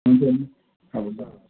हुन्छ नि अब त